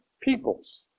peoples